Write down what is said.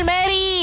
Mary